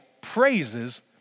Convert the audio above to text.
praises